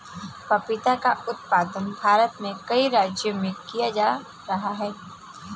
पपीता का उत्पादन भारत में कई राज्यों में किया जा रहा है